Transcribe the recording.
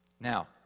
Now